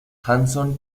hanson